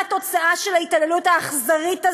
מה התוצאה של ההתעללות האכזרית הזאת?